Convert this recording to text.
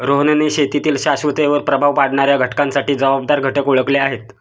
रोहनने शेतीतील शाश्वततेवर प्रभाव पाडणाऱ्या घटकांसाठी जबाबदार घटक ओळखले आहेत